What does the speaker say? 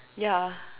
yeah